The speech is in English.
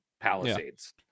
palisades